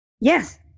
Yes